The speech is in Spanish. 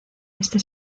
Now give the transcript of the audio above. este